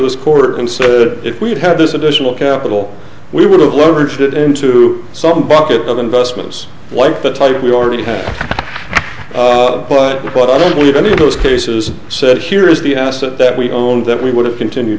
this court and so that if we'd had this additional capital we would have lurched into some bucket of investments like the type we already have but what i don't believe any of those cases said here is the asset that we own that we would have continued